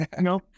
No